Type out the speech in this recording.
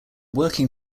working